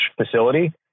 facility